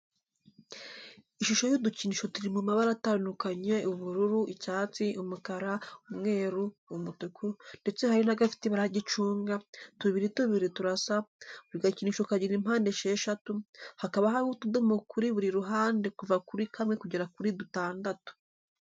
Ishusho y'udukinisho turi mu mabara atandukanye ubururu, icyatsi, umukara, umweru, umutuku ndetse hari n'agafite ibara ry'icunga, tubiri tubiri turasa, buri gakinisho kagira impande esheshatu, hakaba hariho utudomo kuri biri ruhande kuva kuri kamwe kugera kuri dutandatu.